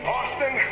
Austin